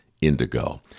indigo